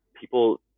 People